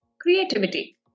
creativity